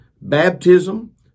baptism